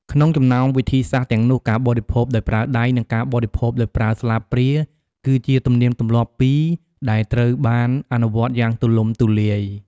ក្នុងចំណោមវិធីសាស្ត្រទាំងនោះ ការបរិភោគដោយប្រើដៃ និងការបរិភោគដោយប្រើស្លាបព្រា គឺជាទំនៀមទម្លាប់ពីរដែលត្រូវបានអនុវត្តយ៉ាងទូលំទូលាយ។